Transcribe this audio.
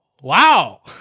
wow